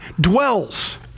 dwells